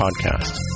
podcast